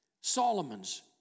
Solomon's